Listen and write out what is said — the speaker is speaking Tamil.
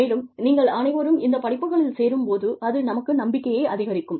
மேலும் நீங்கள் அனைவரும் இந்த படிப்புகளில் சேரும் போது அது நமக்கு நம்பிக்கையை அதிகரிக்கும்